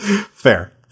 Fair